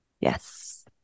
Yes